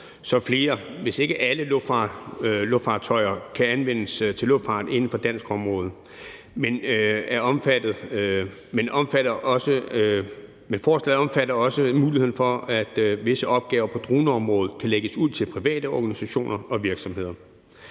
så flere – hvis ikke alle – luftfartøjer kan anvendes til luftfart inden for dansk område. Men forslaget omfatter også muligheden for, at visse opgaver på droneområdet kan lægges ud til private organisationer og virksomheder.